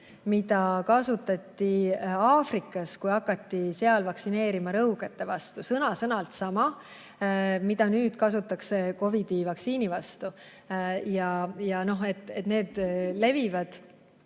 müüti kasutati Aafrikas, kui hakati seal vaktsineerima rõugete vastu. Sõna-sõnalt sama jutt, mida nüüd kasutatakse COVID‑i vaktsiini vastu. Jah, need müüdid levivad,